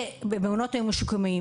זה במעונות היום השיקומיים.